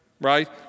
right